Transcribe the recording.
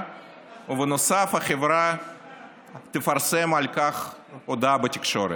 ובנוסף החברה תפרסם על כך הודעה בתקשורת.